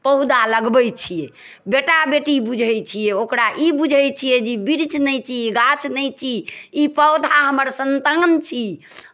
पौधा लगबै छियै बेटा बेटी बुझै छियै ओकरा ई बुझै छियै जे ई वृक्ष नहि छी गाछ नहि छी ई पौधा हमर सन्तान छी